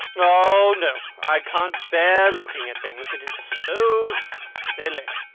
oh, no! i can't bear looking at things. it is so silly.